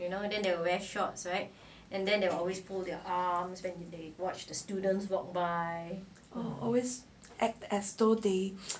always act as though they